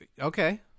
Okay